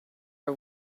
are